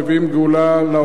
מביאים גאולה לעולם,